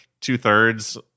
two-thirds